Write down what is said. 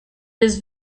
his